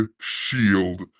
shield